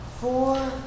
four